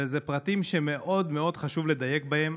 ואלה פרטים שמאוד מאוד חשוב לדייק בהם.